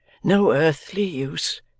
no earthly use.